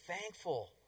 thankful